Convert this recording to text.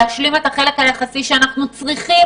להשלים את החלק היחסי שאנחנו צריכים